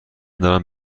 دارم